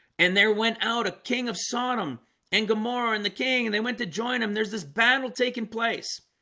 and there went out a king of sodom and gomorrah and the king and they went to join them there's this battle taking place,